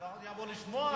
לפחות שיבוא לשמוע.